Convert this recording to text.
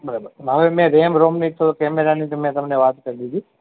બરાબર હવે મેં રેમ રોમની તો કેમેરાની તો મેં તમને વાત કરી દીધી